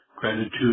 Gratitude